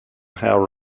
how